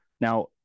Now